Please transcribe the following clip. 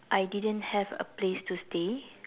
I didn't have a place to stay